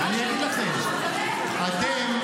--- אתם,